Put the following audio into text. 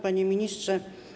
Panie Ministrze!